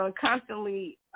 constantly